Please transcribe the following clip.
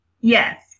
Yes